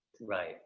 Right